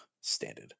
Standard